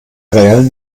reellen